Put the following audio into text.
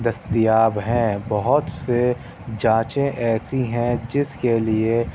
دستیاب ہیں بہت سے جانچیں ایسی ہیں جس کے لیے